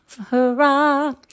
hurrah